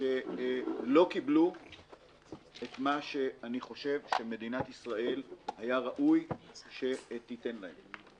שלא קיבלה את מה שאני חושב שמדינת ישראל היה ראוי שתיתן להם.